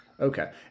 Okay